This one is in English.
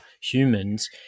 humans